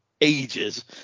ages